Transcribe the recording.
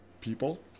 people